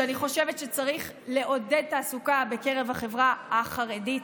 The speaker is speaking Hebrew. שאני חושבת שצריך לעודד תעסוקה בקרב החברה החרדית,